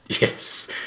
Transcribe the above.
Yes